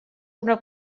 una